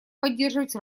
поддерживать